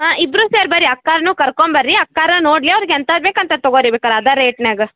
ಹಾಂ ಇಬ್ಬರು ಸೇರಿ ಬನ್ರಿ ಅಕ್ಕಾರನ್ನು ಕರ್ಕೊಂಬನ್ರಿ ಅಕ್ಕಾರು ನೋಡಲಿ ಅವ್ರ್ಗೆ ಎಂಥದ್ದು ಬೇಕು ಅಂಥದ್ದು ತಗೋರಿ ಬೇಕಾರೆ ಅದೇ ರೇಟ್ನಾಗ